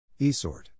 Esort